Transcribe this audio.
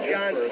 John